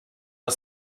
are